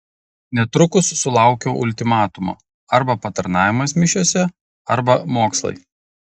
netrukus sulaukiau ultimatumo arba patarnavimas mišiose arba mokslai